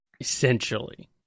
essentially